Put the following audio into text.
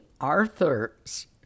Arthurs